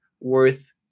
worth